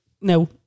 No